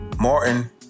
martin